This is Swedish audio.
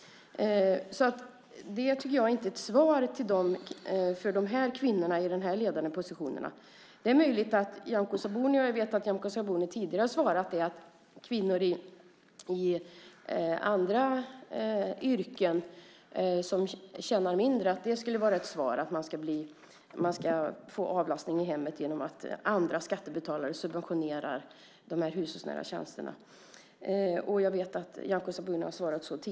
Jag tycker inte att detta är något svar när det gäller kvinnorna i de här ledande positionerna. Jag vet att Nyamko Sabuni tidigare har svarat att för kvinnor i andra yrken, som tjänar mindre, kan detta vara ett svar. De ska få avlastning i hemmet genom att andra skattebetalare subventionerar de hushållsnära tjänsterna.